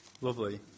Lovely